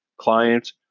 clients